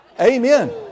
Amen